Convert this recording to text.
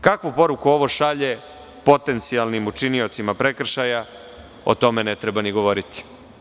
Kakvu poruku ovo šalje potencijalnim učiniocima prekršaja, o tome ne treba ni govoriti.